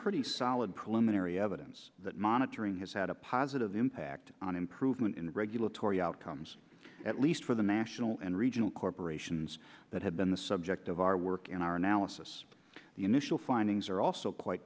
pretty solid pulmonary evidence that monitoring has had a positive impact on improvement in regulatory outcomes at least for the national and regional corporations that have been the subject of our work in our analysis the initial findings are also quite